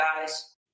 guys